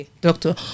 Doctor